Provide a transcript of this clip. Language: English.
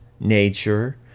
nature